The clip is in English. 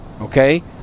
Okay